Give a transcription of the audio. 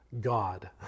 God